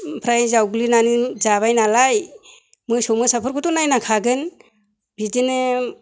ओमफ्राय जावग्लिनानै जाबाय नालाय मोसौ मोसाफोरखौथ' नायनांखागोन बिदिनो